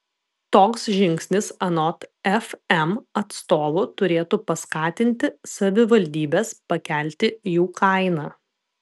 toks žingsnis anot fm atstovų turėtų paskatinti savivaldybes pakelti jų kainą